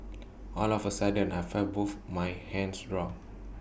all of A sudden I felt both my hands drop